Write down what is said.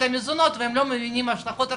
המזונות והם לא מבינים השלכות הרסניות,